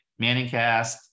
Manningcast